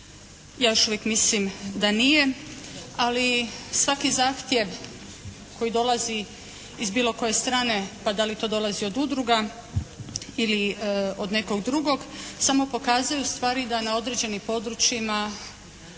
Ja još uvijek mislim da nije, ali svaki zahtjev koji dolazi iz bilo koje strane pa da li to dolazi od udruga ili od nekog drugog samo pokazuje ustvari da na određenim područjima